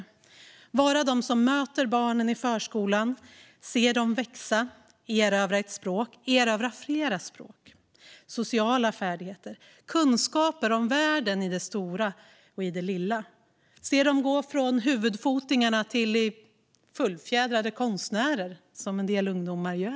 Det handlar om att vara den som möter barnen på förskolan och ser dem växa och erövra ett språk och flera språk, sociala färdigheter och kunskaper om världen i det stora och det lilla. Det handlar om att se dem gå från att rita huvudfotingar till att bli fullfjädrade konstnärer, som en del ungdomar ju är.